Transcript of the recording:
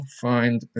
find